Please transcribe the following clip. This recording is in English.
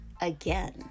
again